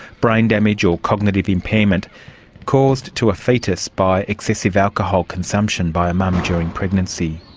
brain damage or cognitive impairment caused to a fetus by excessive alcohol consumption by a mum during pregnancy.